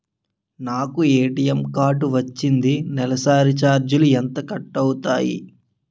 నాకు ATM card వచ్చింది నెలసరి ఛార్జీలు ఎంత కట్ అవ్తున్నాయి?